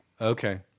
Okay